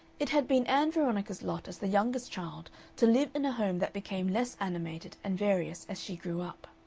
it had been ann veronica's lot as the youngest child to live in a home that became less animated and various as she grew up.